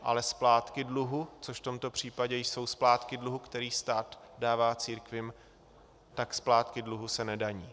Ale splátky dluhu, což v tomto případě jsou splátky dluhu, který stát dává církvím, tak splátky dluhu se nedaní.